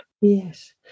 yes